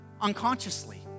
unconsciously